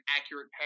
accurate